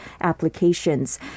applications